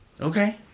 Okay